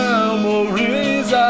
Memories